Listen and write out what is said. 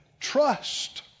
trust